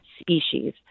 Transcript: species